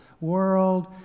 World